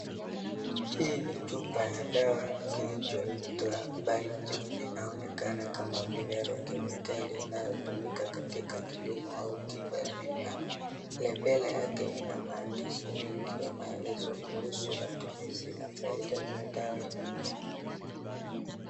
Hii ni chupa ya dawa kilichoitwa Balijaam, inaonekana kama bidhaa ya kemikali inayotumika katika kilimo au tiba ya mimea. Labela yake maandishi mengi ya maelezo kuhusu matumizi na faida za dawa hii.